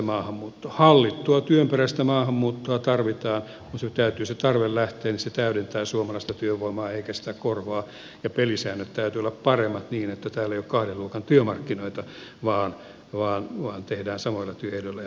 hallittua työperäistä maahanmuuttoa tarvitaan mutta täytyy se tarve olla niin se täydentää suomalaista työvoimaa eikä korvaa sitä ja pelisääntöjen täytyy olla paremmat niin että täällä ei ole kahden luokan työmarkkinoita vaan tehdään samoilla työehdoilla ja pelisäännöillä